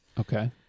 Okay